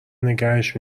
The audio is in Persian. نگهش